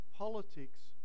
Politics